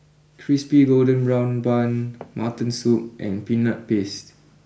Crispy Golden Brown Bun Mutton Soup and Peanut Paste